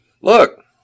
look